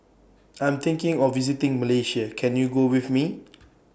I Am thinking of visiting Malaysia Can YOU Go with Me